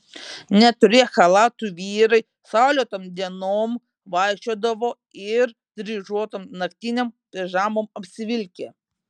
neturėję chalatų vyrai saulėtom dienom vaikščiodavo ir dryžuotom naktinėm pižamom apsivilkę